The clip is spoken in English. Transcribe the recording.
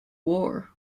war